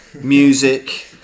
music